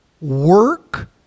work